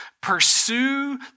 pursue